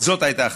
הייתה ההחלטה.